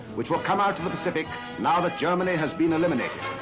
which will come out to the pacific now that germany has been eliminated.